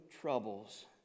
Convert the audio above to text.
troubles